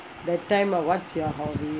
that time ah what's your hobby